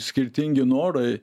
skirtingi norai